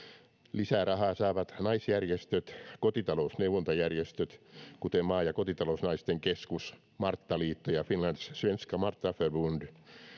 lisää rahaa saavat naisjärjestöt kotitalousneuvontajärjestöt kuten maa ja kotitalousnaisten keskus marttaliitto ja finlands svenska marthaförbund